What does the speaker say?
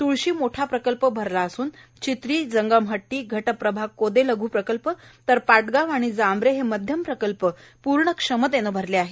त्ळशी मोठा प्रकल्प भरला असून चित्रीए जंगमहट्टीए घटप्रभा कोदे लघ्प्रकल्पए पाटगाव आणि जांबरे मध्यम प्रकल्प पूर्ण क्षमतेनं भरले आहेत